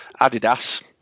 adidas